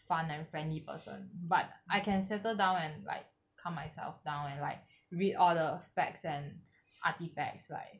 fun and friendly person but I can settle down and like calm myself down and like read all the facts and artifacts like